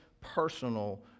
personal